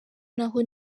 naho